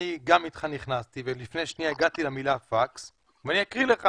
גם אני נכנסתי ולפני שנייה הגעתי למילה פקס ואני אקריא לך